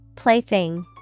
Plaything